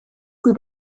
kui